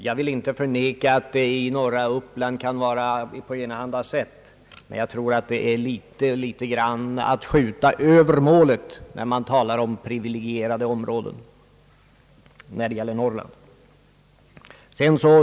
Jag vill inte förneka att det i norra Uppland kan vara på enahanda sätt, men nog är det att skjuta över målet när man talar om Norrland som ett privilegierat område.